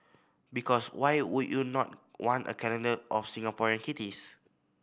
because why would you not want a calendar of Singaporean kitties